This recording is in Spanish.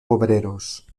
obreros